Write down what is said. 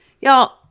Y'all